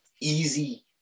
easy